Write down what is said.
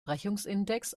brechungsindex